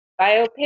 biopic